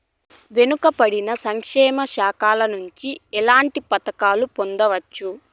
వెనుక పడిన సంక్షేమ శాఖ నుంచి ఎట్లాంటి పథకాలు పొందవచ్చు?